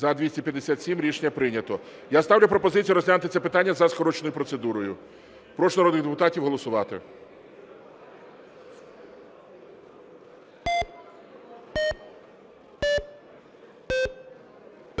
За-257 Рішення прийнято. Я ставлю пропозицію розглянути це питання за скороченою процедурою. Прошу народних депутатів голосувати.